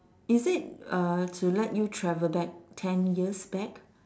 is it uh to let you travel back ten years back